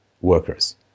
workers